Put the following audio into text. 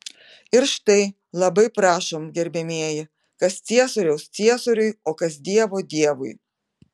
ir štai labai prašom gerbiamieji kas ciesoriaus ciesoriui o kas dievo dievui